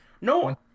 No